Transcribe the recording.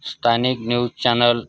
स्थानिक news channel